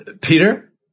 Peter